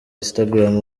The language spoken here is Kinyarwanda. instagram